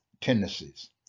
tendencies